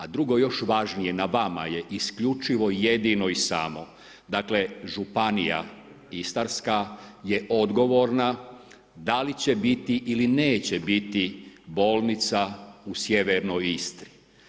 A drugo još važnije, na vama je, isključivo, jedino i samo, dakle, županija, Istarska je odgovorna, da li će biti ili neće biti bolnica u sjevernoj Istri.